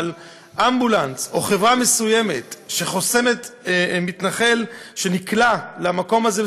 אבל אמבולנס או חברה מסוימת שחוסמת מתנחל שנקלע למקום הזה,